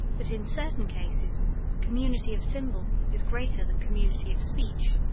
that in certain cases community of symbol is greater than community of speech.